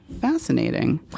fascinating